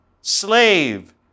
slave